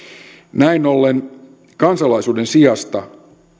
näin ollen kansalaisuuden sijasta